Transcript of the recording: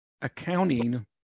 accounting